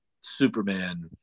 superman